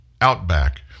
outback